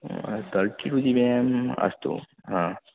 thirty two GB RAM अस्तु हा